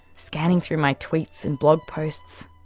scanning through my tweets and blog posts,